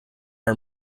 our